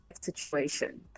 situation